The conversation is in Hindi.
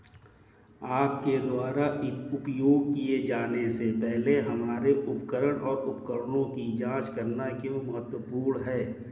आपके द्वारा उपयोग किए जाने से पहले हमारे उपकरण और उपकरणों की जांच करना क्यों महत्वपूर्ण है?